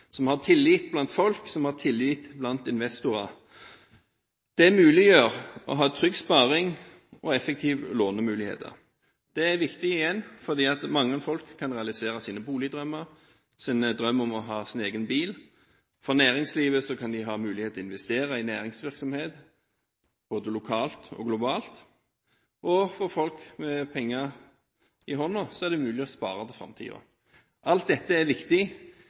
som har tillit blant folk, og som har tillit blant investorer. Det muliggjør å ha trygg sparing og effektive lånemuligheter. Det er igjen viktig for at mange folk kan realisere sine boligdrømmer, sine drømmer om egen bil, at næringslivet kan ha muligheter til å investere i næringsvirksomhet både lokalt og globalt, og for folk med penger i hånden er det mulig å spare for framtiden. Alt dette er viktig